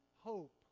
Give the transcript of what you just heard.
hope